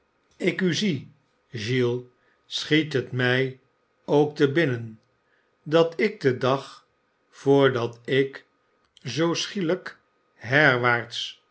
ik u zie gi es schiet het mij ook te binnen dat ik den dag voor dat ik zoo schielijk